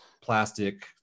plastic